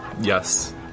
Yes